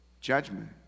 judgment